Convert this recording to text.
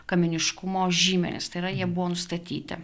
kamieniškumo žymenis tai yra jie buvo nustatyti